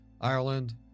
ireland